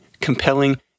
compelling